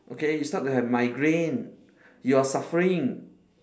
okay you start to have migraine you are suffering